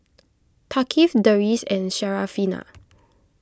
Thaqif Deris and Syarafina